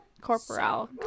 corporal